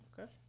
okay